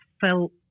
felt